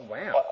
Wow